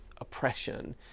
oppression